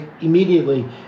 immediately